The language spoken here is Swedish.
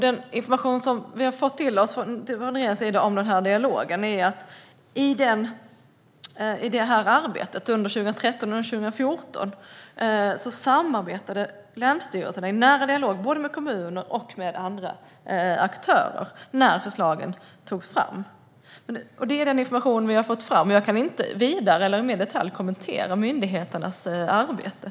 Den information om dialogen som vi i regeringen har fått säger att under 2013 och 2014 samarbetade länsstyrelserna i nära dialog med både kommunerna och andra aktörer när förslagen togs fram. Det är den information vi har fått. Jag kan inte i mer detalj kommentera myndigheternas arbete.